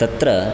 तत्र